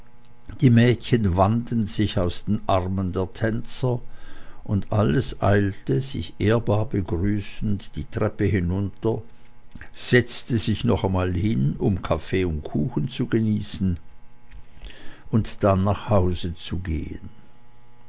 die mädchen wanden sich aus den armen der tänzer und alles eilte sich ehrbar begrüßend die treppe hinunter setzte sich noch einmal hin um kaffee mit kuchen zu genießen und dann ruhig nach hause zu gehen